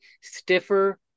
stiffer